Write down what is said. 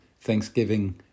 Thanksgiving